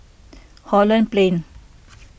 Holland Plain